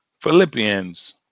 Philippians